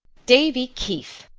davy keith,